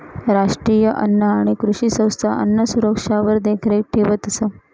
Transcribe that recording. राष्ट्रीय अन्न आणि कृषी संस्था अन्नसुरक्षावर देखरेख ठेवतंस